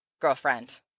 girlfriend